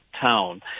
town